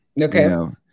okay